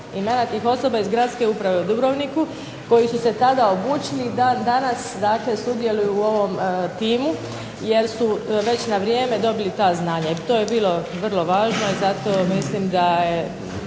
imena tih osoba iz gradske uprave u Dubrovniku koji su se tada odlučili da danas dakle sudjeluju u ovom timu, jer su već na vrijeme dobili ta znanja. I to je bilo vrlo važno, i zato mislim da je